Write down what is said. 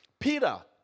Peter